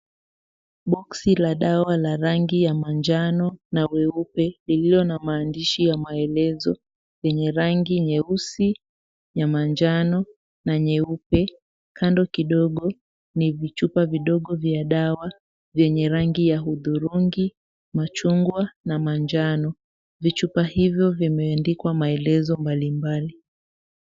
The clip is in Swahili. Boxi ya dawa lenye rangi ya manjano na meupe lililo na maandishi ya maelezo zenye rangi nyeusi na manjano na meupe. Kando kidogo ni vichupa vidogo vya dawa vyenye rangi ya hudhurungi na manjano. Vichupa hivyo vimeandikwa maelezo mbalimbali.